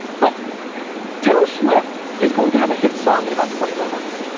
but taylor swift is going to have a hit song in about twenty four months.